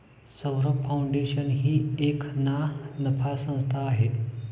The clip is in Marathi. सौरभ फाऊंडेशन ही एक ना नफा संस्था आहे